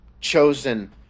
chosen